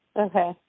Okay